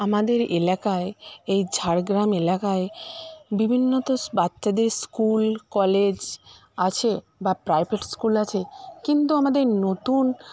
আমাদের এলাকায় এই ঝাড়গ্রাম এলাকায় বিভিন্ন তো বাচ্চাদের স্কুল কলেজ আছে বা প্রাইভেট স্কুল আছে কিন্তু আমাদের নতুন